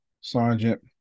sergeant